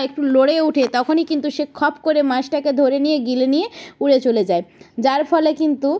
একটু নড়ে উঠে তখনই কিন্তু সে খপ করে মাছটাকে ধরে নিয়ে গিলে নিয়ে উড়ে চলে যায় যার ফলে কিন্তু